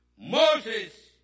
Moses